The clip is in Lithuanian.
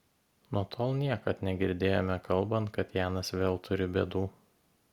nuo tol niekad negirdėjome kalbant kad janas vėl turi bėdų